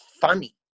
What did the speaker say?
funny